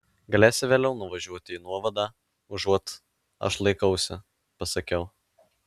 galėsi vėliau nuvažiuoti į nuovadą užuot aš laikausi pasakiau